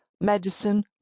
medicine